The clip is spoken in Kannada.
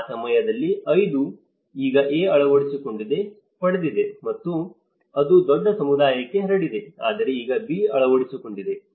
ಆ ಸಮಯದಲ್ಲಿ 5 ಈಗ A ಅಳವಡಿಸಿಕೊಂಡಿದೆ ಪಡೆದಿದೆ ಮತ್ತು ಅದು ದೊಡ್ಡ ಸಮುದಾಯಕ್ಕೆ ಹರಡಿದೆ ಆದರೆ ಈಗ B ಅಳವಡಿಸಿಕೊಂಡಿದೆ